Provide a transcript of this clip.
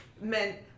meant